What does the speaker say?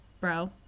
bro